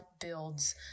builds